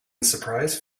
surprise